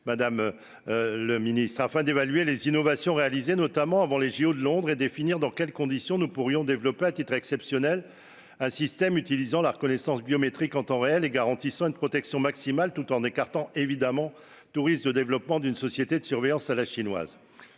à Nice et à Londres afin d'évaluer les innovations réalisées avant les Jeux de Londres et de définir les conditions dans lesquelles nous pourrions développer, à titre exceptionnel, un système utilisant la reconnaissance biométrique en temps réel et garantissant une protection maximale tout en écartant, bien évidemment, tout risque de développement d'une société de la surveillance à la chinoise.